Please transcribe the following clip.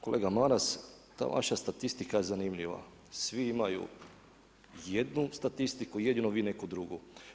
Kolega Maras, ta vaša statistika je zanimljiva, svi imaju jednu statistiku, jedino vi neku drugu.